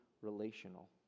relational